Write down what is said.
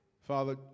Father